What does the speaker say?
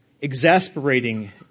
Exasperating